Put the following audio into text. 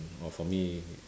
orh for me